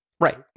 Right